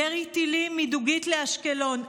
ירי טילים מדוגית לאשקלון,